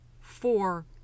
four